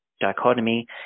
dichotomy